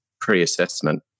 pre-assessment